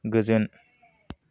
गोजोन